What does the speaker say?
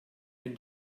den